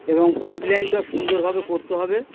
এবং পাইপ লাইনটাও সুন্দরভাবে করতে হবে